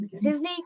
Disney